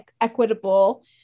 equitable